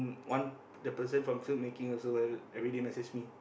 one the person from film making also will everyday message me